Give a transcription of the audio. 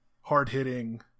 hard-hitting